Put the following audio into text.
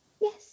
Yes